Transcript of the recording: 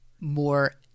more